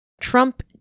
Trump